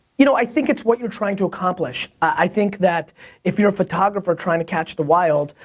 you know i think it's what you're trying to accomplish. i think that if you're a photographer trying to catch the wild,